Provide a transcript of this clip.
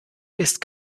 ist